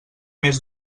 més